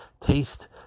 Taste